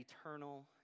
eternal